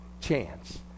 chance